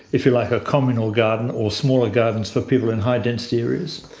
if you like, a communal garden or smaller gardens for people in high density areas?